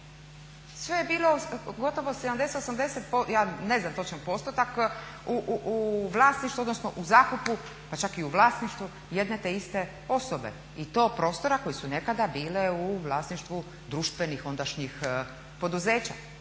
Sve je bilo, gotovo 70, 80%, ja ne znam točno postotak u vlasništvu odnosno u zakupu pa čak i u vlasništvu jedne te iste osobe i to prostora koji su nekada bili u vlasništvu društvenih ondašnjih poduzeća.